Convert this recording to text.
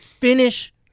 Finish